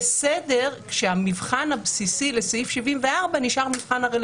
(היו"ר גלעד קריב, 10:45)